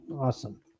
Awesome